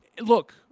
look